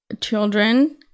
children